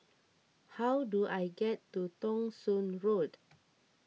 how do I get to Thong Soon Road